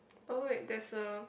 oh wait there's a